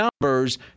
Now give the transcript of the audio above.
numbers